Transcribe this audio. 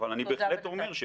אבל אני בהחלט אומר,